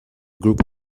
group